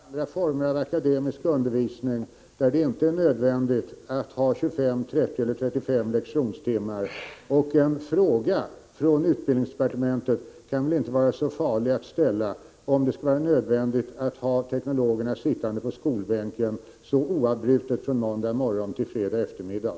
Fru talman! Det finns ju andra former av akademisk undervisning där det inte är nödvändigt att ha 25, 30 eller 35 lektionstimmar. Vidare kan det väl inte vara så farligt om utbildningsdepartementet ställer frågan om det skulle vara nödvändigt att ha teknologerna sittande på skolbänken oavbrutet från måndag morgon till fredag eftermiddag.